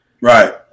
Right